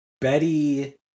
Betty